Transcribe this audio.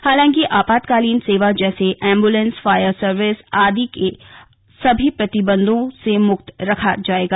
हालांकि आपातकालीन सेवा जैसे एम्बुलेंस फायर सर्विस आदि को सभी प्रतिबन्धों से मुक्त रखा जायेगा